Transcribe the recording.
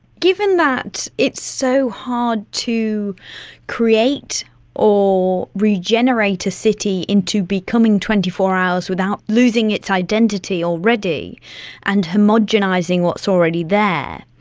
given that it's so hard to create or regenerate a city into becoming twenty four hours without losing its identity already and homogenising what's already there,